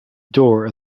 door